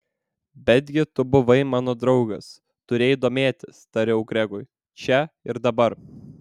betgi tu buvai mano draugas turėjai domėtis tariau gregui čia ir dabar